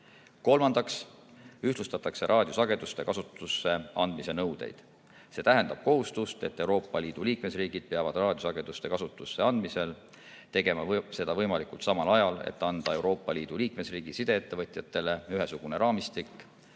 Kolmandaks, ühtlustatakse raadiosageduste kasutusse andmise nõudeid. See tähendab kohustust, et Euroopa Liidu liikmesriigid peavad raadiosageduste kasutusse andmisel tegema seda võimalikult samal ajal, et anda Euroopa Liidu liikmesriigi sideettevõtjatele ühesugune raamistik